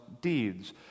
deeds